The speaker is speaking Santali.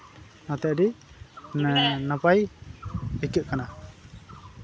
ᱚᱱᱟᱛᱮ ᱟᱹᱰᱤ ᱱᱟᱯᱟᱭ ᱟᱹᱭᱠᱟᱹᱜ ᱠᱟᱱᱟ